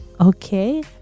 Okay